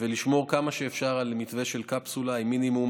ולשמור כמה שאפשר על מתווה של קפסולה עם מינימום